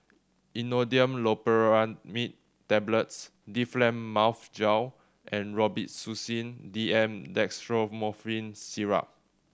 Imodium Loperamide Tablets Difflam Mouth Gel and Robitussin D M Dextromethorphan Syrup